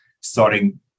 starting